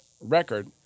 record